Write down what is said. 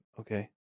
Okay